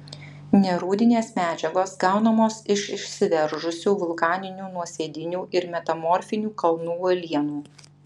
nerūdinės medžiagos gaunamos iš išsiveržusių vulkaninių nuosėdinių ir metamorfinių kalnų uolienų